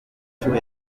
nshuro